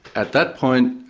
at that point,